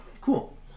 Cool